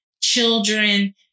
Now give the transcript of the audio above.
children